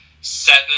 seven